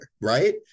Right